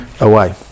away